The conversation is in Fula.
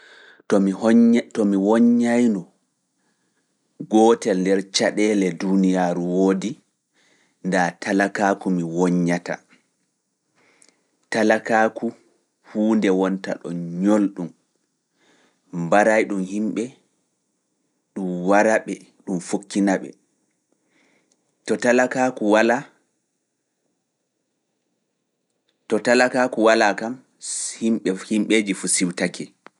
To mi woññayno, gootel nder caɗeele duuniyaaru woodi, nda talakaaku mi woññata. Talakaaku huunde wonta ɗon ñolɗum, mbaray ɗum himɓe, ɗum wara ɓe, to ɗum walaa kam, yimɓeeji fuu siwtake.